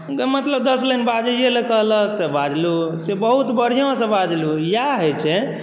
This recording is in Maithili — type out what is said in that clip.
मतलब दस लाइन बाजैलए कहलक तऽ बाजलहुँ से बहुत बढ़िऑंसँ बाजलहुँ इएह होइ छै